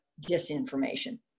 disinformation